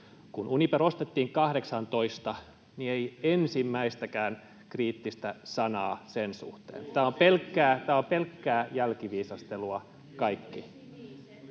Kun Uniper ostettiin 18, niin ei ensimmäistäkään kriittistä sanaa sen suhteen. [Toimi Kankaanniemi: Mistäs sinä